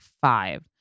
five